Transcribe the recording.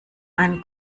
einen